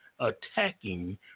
attacking